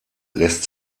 lässt